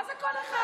מה זה "כל אחד"?